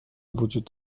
وجود